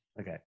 Okay